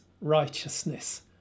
righteousness